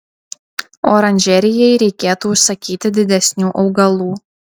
oranžerijai reikėtų užsakyti didesnių augalų